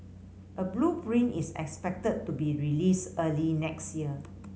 a blueprint is expected to be released early next year